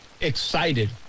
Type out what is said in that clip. excited